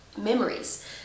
memories